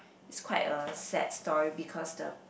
it's quite a sad story because the